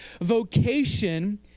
vocation